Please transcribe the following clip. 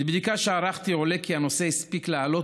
מבדיקה שערכתי עולה כי הנושא הספיק לעלות